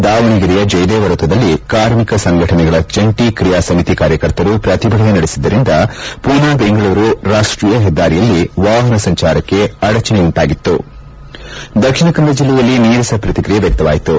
ದಾವಣಗೆರೆಯ ಜಯದೇವ ವೃತ್ತದಲ್ಲಿ ಕಾರ್ಮಿಕ ಸಂಘಟನೆಗಳ ಜಂಟಿ ಕ್ರಿಯಾ ಸಮಿತಿ ಕಾರ್ಯಕರ್ತರು ಪ್ರತಿಭಟನೆ ನಡೆಸಿದರಿಂದ ಪೂನಾ ಬೆಂಗಳೂರು ರಾಷ್ಟೀಯ ಹೆದ್ದಾರಿಯಲ್ಲಿ ವಾಹನ ಸಂಚಾರಕ್ಕೆ ಅಡಚಣೆ ಉಂಟಾಗಿತ್ತು ದಕ್ಷಿಣ ಕನ್ನಡ ವಿಲ್ಲೆಯಲ್ಲಿ ನೀರಸ ಪ್ರತಿಕ್ರಿಯೆ ವ್ವಕ್ತವಾಯಿತು